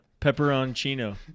pepperoncino